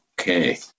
okay